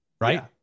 right